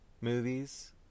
movies